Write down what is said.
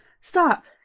stop